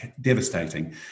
devastating